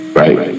right